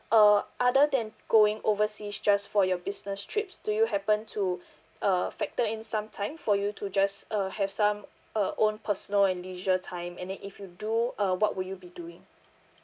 uh other than going overseas just for your business trips do you happen to uh factor in some time for you to just uh have some uh own personal and leisure time and then if you do uh what will you be doing